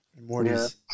Morty's